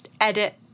edit